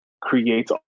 creates